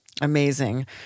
Amazing